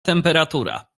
temperatura